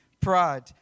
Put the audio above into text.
pride